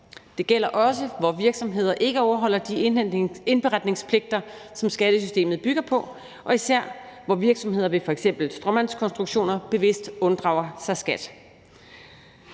Det gælder også, hvor virksomheder ikke overholder de indberetningspligter, som skattesystemet bygger på, og især, hvor virksomheder ved f.eks. stråmandskonstruktioner bevidst unddrager sig skat.